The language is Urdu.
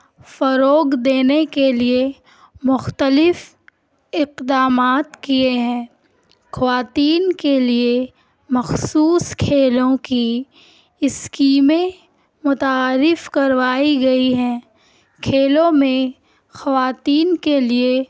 فروغ دینے کے لیے مختلف اقدامات کیے ہیں خواتین کے لیے مخصوص کھیلوں کی اسکیمیں متعارف کروائی گئی ہیں کھیلوں میں خواتین کے لیے